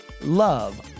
love